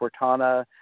Cortana